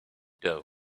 doe